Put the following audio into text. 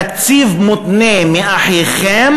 תקציב מותנה מאחיכם,